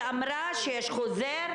היא אמרה שיש חוזר.